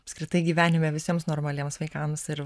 apskritai gyvenime visiems normaliems vaikams ir